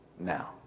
Now